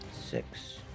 six